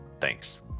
Thanks